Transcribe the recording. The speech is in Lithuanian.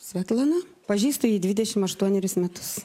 svetlana pažįstu jį dvidešimt aštuonerius metus